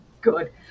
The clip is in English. good